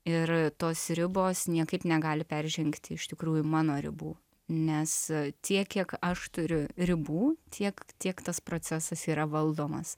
ir tos ribos niekaip negali peržengti iš tikrųjų mano ribų nes tiek kiek aš turiu ribų tiek tiek tas procesas yra valdomas